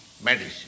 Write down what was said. medicine